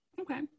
Okay